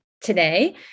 today